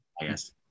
Yes